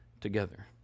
together